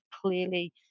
clearly